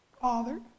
father